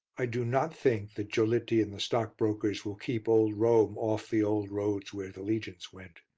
i do not think that giolitti and the stockbrokers will keep old rome off the old roads where the legions went.